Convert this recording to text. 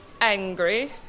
angry